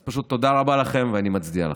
אז פשוט תודה רבה לכם, ואני מצדיע לכם.